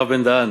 הרב בן-דהן,